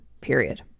period